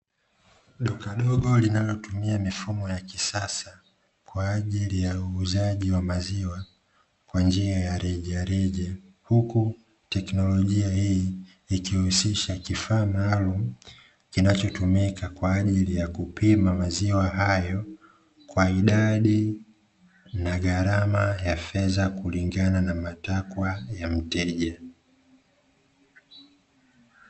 Duka dogo, linalotumia mifumo ya kisasa kwa ajili ya uuzaji wa maziwa kwa njia ya rejareja, huku teknolojia hii ikihusisha kifaa maalumu kinachotumika kwa ajili ya kupima maziwa hayo kwa idadi na gharama ya fedha kulingana na matakwa ya mteja.